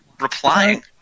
replying